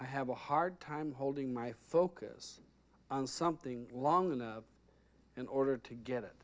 i have a hard time holding my focus on something long enough in order to get it